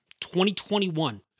2021